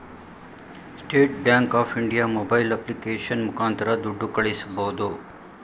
state bank of India mobile application ಮುಖಾಂತರ ದುಡ್ಡು ಕಳಿಸಬೋದು